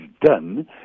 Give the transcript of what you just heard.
done